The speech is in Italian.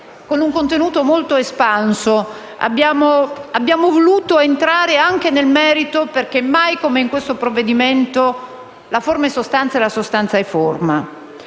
con un contenuto molto espanso. Abbiamo voluto entrare anche nel merito perché, mai come in questo provvedimento, la forma è sostanza e la sostanza è forma.